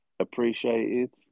appreciated